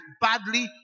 badly